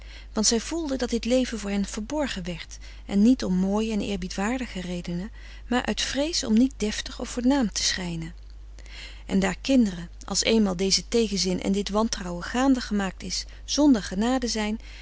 want zij voelden dat dit leven voor hen verborgen werd en niet om mooie en eerbiedwaardige redenen maar uit vrees om niet deftig of voornaam te schijnen en daar kinderen als eenmaal deze tegenzin en dit frederik van eeden van de koele meren des doods wantrouwen gaande gemaakt is zonder genade zijn